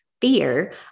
fear